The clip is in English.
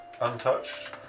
untouched